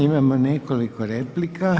Imamo nekoliko replika.